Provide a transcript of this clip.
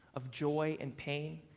of joy and pain,